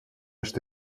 что